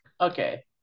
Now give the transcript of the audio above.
Okay